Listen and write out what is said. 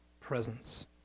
presence